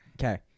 Okay